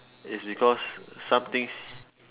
it's because some things